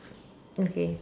okay